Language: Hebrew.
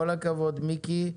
כל הכבוד, מיקי,